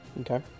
okay